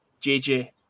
JJ